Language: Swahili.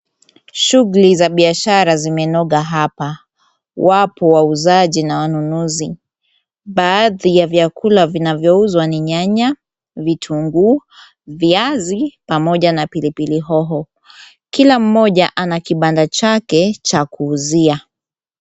Shughuli za biashara zimenoga hapa. Wapo wauzaji na wanunuzi. Baadhi ya vyakula vinavyouzwa ni nyanya, vituguu, viazi pamoja na pilipili hoho. Kila mmoja ana kibanda chake cha kuuzia.